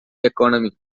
economy